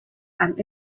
and